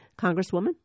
congresswoman